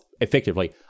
effectively